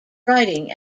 writing